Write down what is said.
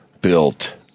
built